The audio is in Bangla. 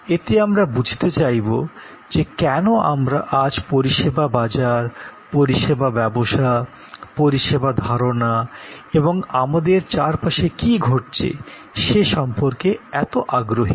এতে আমরা বুঝতে চাইবো যে কেন আমরা আজ পরিষেবা বাজার পরিষেবা ব্যবসা পরিষেবা ধারণা এবং আমাদের চারপাশে কী ঘটছে সে সম্পর্কে এত আগ্রহী